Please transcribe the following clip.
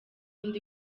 ndi